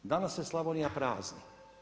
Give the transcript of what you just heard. Danas se Slavonija prazni.